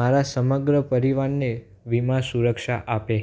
મારા સમગ્ર પરિવારને વીમા સુરક્ષા આપે